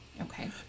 Okay